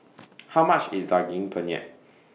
How much IS Daging Penyet